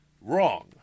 Wrong